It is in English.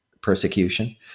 persecution